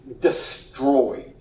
destroyed